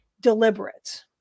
deliberate